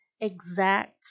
exact